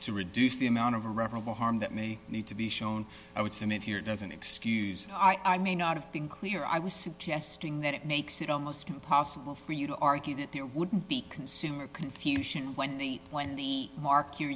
to reduce the amount of a reparable harm that may need to be shown i would submit here doesn't excuse i may not have been clear i was suggesting that it makes it almost impossible for you to argue that there wouldn't be consumer confusion when the when the mark you're